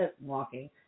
walking